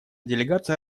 делегация